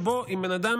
שבו אם בן אדם,